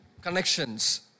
connections